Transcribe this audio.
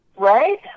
Right